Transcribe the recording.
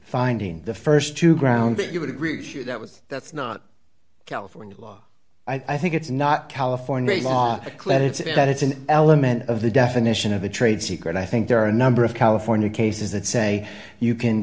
finding the st two grounds that you would agree to that was that's not california law i think it's not california law clearly it's that it's an element of the definition of a trade secret i think there are a number of california cases that say you can